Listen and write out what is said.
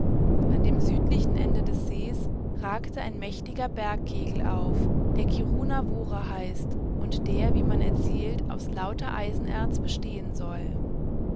wareinkleineslappenlager andem südlichen ende des sees ragt ein mächtiger bergkegel auf der kirunavra heißt und der wie man erzählte aus lauter eisenerz bestehen soll